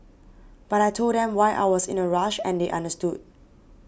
but I told them why I was in a rush and they understood